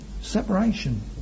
separation